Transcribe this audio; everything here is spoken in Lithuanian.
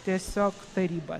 tiesiog taryba